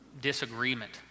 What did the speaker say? disagreement